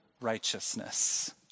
righteousness